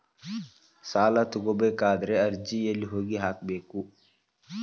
ಸಾಲ ತಗೋಬೇಕಾದ್ರೆ ಅರ್ಜಿ ಎಲ್ಲಿ ಹೋಗಿ ಹಾಕಬೇಕು?